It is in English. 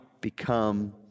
become